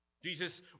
Jesus